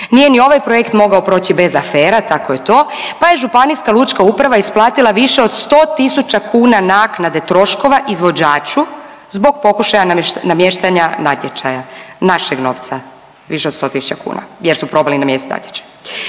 Nije ni ovaj projekt mogao proći bez afera, tako je to, pa je županijska lučka uprava isplatila više od 100 tisuća kuna naknade troškova izvođaču zbog pokušaja namještanja natječaja, našeg novaca, više od 100 tisuća kuna jer su probali namjestiti natječaj.